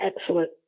excellent